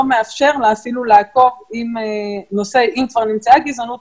מאפשר לה אפילו לעקוב אם כבר נמצאה גזענות,